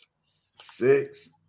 Six